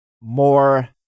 more